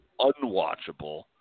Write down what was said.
unwatchable